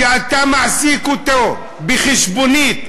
כשאתה מעסיק אותו בחשבונית,